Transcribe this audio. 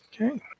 Okay